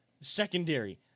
secondary